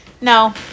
No